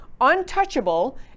untouchable